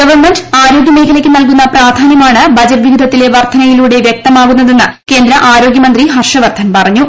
government ആരോഗ്യ മേഖലയ്ക്ക് നൽകുന്ന പ്രാധാന്യമാണ് ബജറ്റ് വിഹിതത്തിലെ വർദ്ധനയിലൂടെ വ്യക്തമാകുന്നതെന്ന് കേന്ദ്ര ആരോഗ്യമന്ത്രി ഹർഷവർദ്ധൻ പറഞ്ഞു